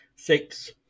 six